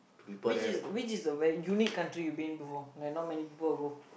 which is which is the where unique country you been before like not many people would go